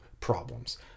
problems